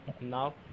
Now